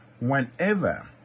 whenever